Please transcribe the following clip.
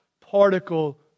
particle